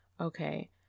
Okay